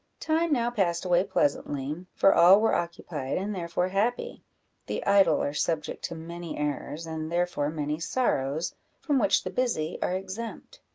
time now passed away pleasantly, for all were occupied, and therefore happy the idle are subject to many errors, and therefore many sorrows, from which the busy are exempt.